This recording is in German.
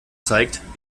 zeigt